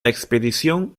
expedición